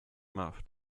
math